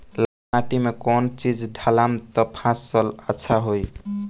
लाल माटी मे कौन चिज ढालाम त फासल अच्छा होई?